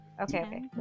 Okay